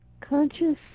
conscious